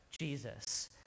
Jesus